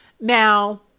Now